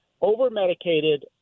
over-medicated